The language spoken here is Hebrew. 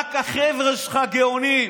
רק החבר'ה שלך גאונים.